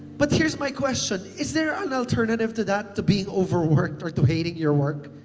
but here's my question, is there an alternative to that to being overworked or to hating your work?